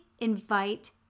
invite